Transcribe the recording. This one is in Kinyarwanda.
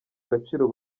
agaciro